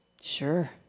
Sure